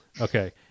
Okay